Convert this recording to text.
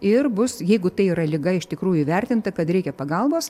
ir bus jeigu tai yra liga iš tikrųjų įvertinta kad reikia pagalbos